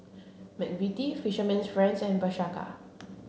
McVitie Fisherman's friends and Bershka